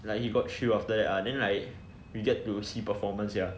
like he got after that then like we get to see performance ya